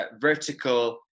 vertical